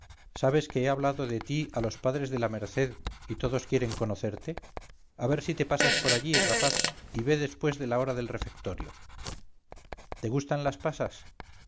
sabes que he hablado de ti a los padres de la merced y todos quieren conocerte a ver si te pasas por allí rapaz y ve después de la hora del refectorio te gustan las pasas